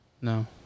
No